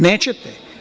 Nećete.